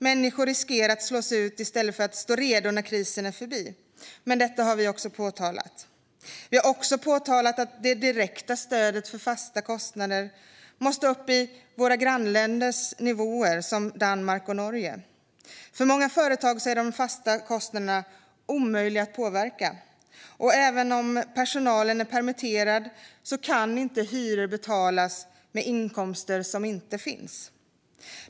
Människor riskerar att slås ut i stället för att stå redo när krisen är förbi. Detta har vi påtalat. Vi har också påtalat att det direkta stödet för fasta kostnader måste upp i våra grannländer Danmarks och Norges nivåer. För många företag är de fasta kostnaderna omöjliga att påverka, och även om personalen är permitterad kan hyror inte betalas med inkomster som inte finns.